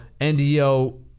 NDO